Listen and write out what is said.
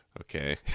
okay